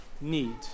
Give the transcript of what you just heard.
need